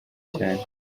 cyane